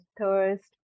thirst